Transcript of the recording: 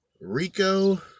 Rico